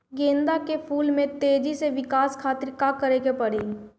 गेंदा के फूल में तेजी से विकास खातिर का करे के पड़ी?